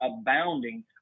abounding